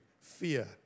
fear